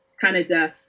Canada